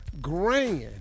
grand